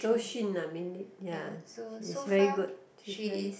Zhou-Xun uh mainly ya she's very good she's very